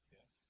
Yes